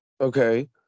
okay